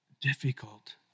difficult